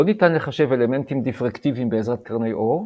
לא ניתן לחשב אלמנטים דיפרקטיביים בעזרת קרני אור,